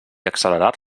accelerar